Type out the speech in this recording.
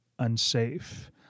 Unsafe